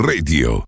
Radio